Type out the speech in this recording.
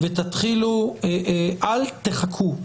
אל תחכו,